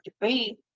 debate